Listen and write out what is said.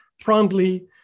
promptly